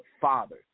Father